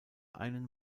einen